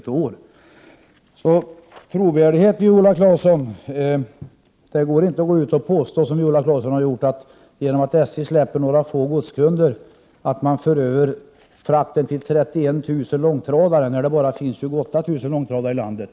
Det går alltså inte att, som Viola Claesson har gjort, gå ut och påstå att SJ genom att släppa ifrån sig några få godskunder för över frakten till 31 000 långtradare, när det bara finns 28 000 långtradare i landet.